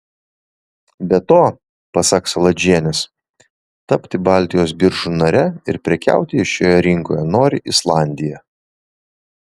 be to pasak saladžienės tapti baltijos biržų nare ir prekiauti šioje rinkoje nori islandija